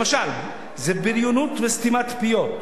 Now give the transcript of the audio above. למשל: זו בריונות וסתימת פיות,